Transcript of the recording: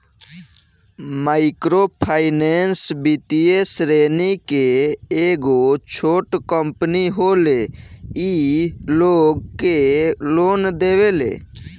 micro finance वित्तीय श्रेणी के एगो छोट कम्पनी होले इ लोग के लोन देवेले